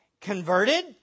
converted